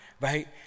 right